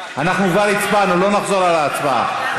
אנחנו כבר הצבענו, לא נחזור על ההצבעה.